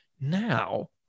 Now